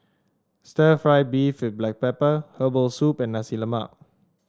Stir Fried Beef with Black Pepper Herbal Soup and Nasi Lemak